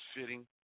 fitting